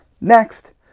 Next